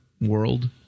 world